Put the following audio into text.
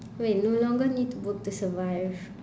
wait no longer need to work to survive